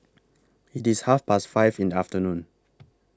IT IS Half Past five in The afternoon